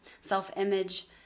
self-image